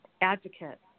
advocate